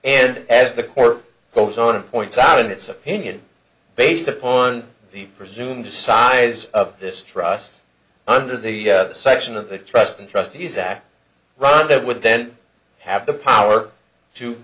and as the court goes on and points on its opinion based upon the presumed to size of this trust under the section of the trust and trustees act run that would then have the power to